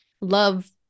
Love